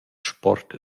sport